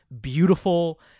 beautiful